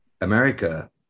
America